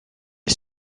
est